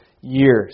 years